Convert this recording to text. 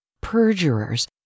perjurers